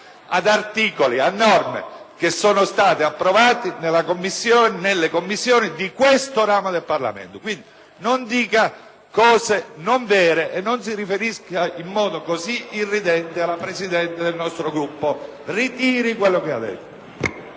ad articoli approvati nelle Commissioni di questo ramo del Parlamento. Quindi, non dica cose non vere e non si riferisca in modo così irridente alla Presidente del nostro Gruppo. Ritiri quello che ha detto.